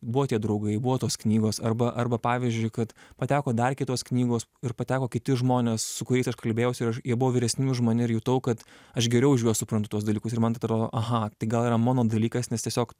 buvo tie draugai buvo tos knygos arba arba pavyzdžiui kad pateko dar kitos knygos ir pateko kiti žmonės su kuriais aš kalbėjausi ir aš jie buvo vyresni už mane ir jutau kad aš geriau už juos suprantu tuos dalykus ir man tai atrodo aha tai gal yra mano dalykas nes tiesiog